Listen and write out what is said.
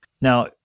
Now